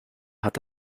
hat